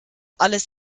alles